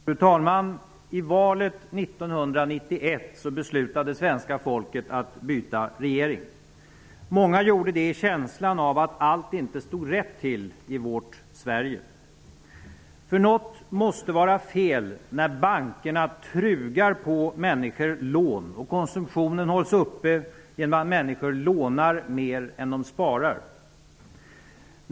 Fru talman! I valet 1991 beslutade svenska folket att byta regering. Många gjorde det i känslan av att allt inte stod rätt till i vårt Sverige. Något måste vara fel när bankerna trugar på människor lån och konsumtionen hålls uppe genom att människor lånar mer än de sparar.